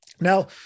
Now